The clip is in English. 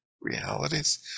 realities